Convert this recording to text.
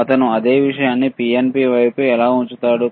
అతను అదే విషయాన్ని పిఎన్పి వైపు ఎలా ఉంచుతాడు